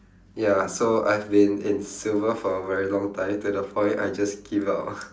ya so I've been in silver for a very long time to the point I just give up ah